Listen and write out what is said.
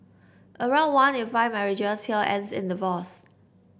around one in five marriages here ends in divorce